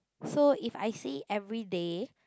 so if I see everyday